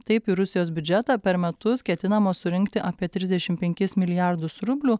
taip į rusijos biudžetą per metus ketinama surinkti apie trisdešim penkis milijardus rublių